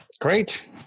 Great